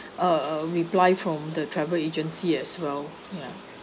uh reply from the travel agency as well ya